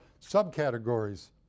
subcategories